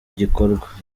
gikorwa